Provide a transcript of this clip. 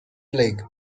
plague